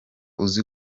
uzi